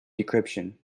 decryption